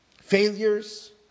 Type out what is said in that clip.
failures